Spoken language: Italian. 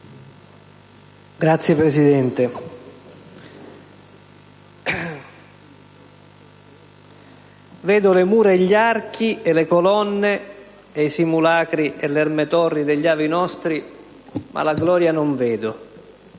Signor Presidente, «vedo le mura e gli archi e le colonne e i simulacri e l'erme torri degli avi nostri, ma la gloria non vedo».